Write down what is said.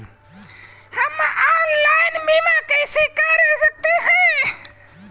हम ऑनलाइन बीमा कैसे कर सकते हैं?